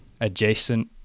adjacent